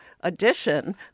edition